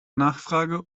nachfrage